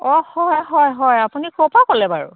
অঁ হয় হয় হয় আপুনি ক'ৰ পৰা ক'লে বাৰু